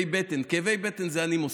כמו שעשינו בממשלה הקודמת, אנחנו נתמוך.